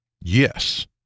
Yes